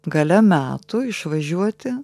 gale metų išvažiuoti